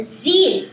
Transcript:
zeal